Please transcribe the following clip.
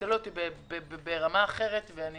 טלטל אותי ברמה אחרת, ואני